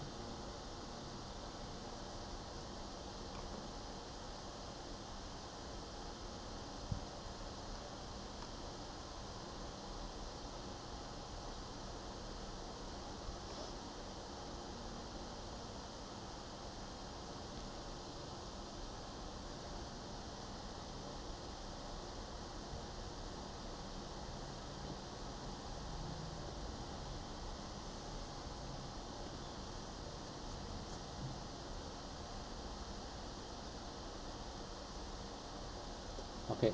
okay